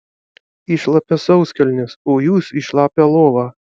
į šlapias sauskelnes o jūs į šlapią lovą